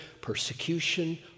persecution